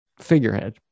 figurehead